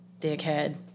dickhead